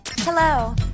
Hello